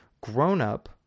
grown-up